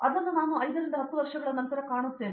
ಆದ್ದರಿಂದ ಅದು ನನ್ನದು 5 ರಿಂದ 10 ವರ್ಷಗಳ ನಂತರ ಕಾಣುವದು